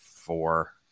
Four